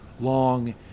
long